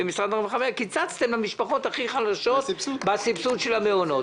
קיצצתם למשפחות הכי חלשות בסבסוד של המעונות.